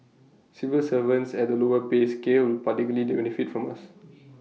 civil servants at the lower pay scale particularly benefit from us